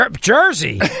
jersey